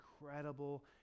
incredible